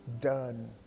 done